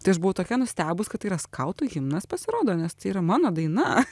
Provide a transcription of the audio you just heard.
tai aš buvau tokia nustebus kad tai yra skautų himnas pasirodo nes tai yra mano daina